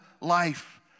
life